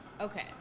Okay